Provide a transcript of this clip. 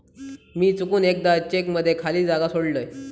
मी चुकून एकदा चेक मध्ये खाली जागा सोडलय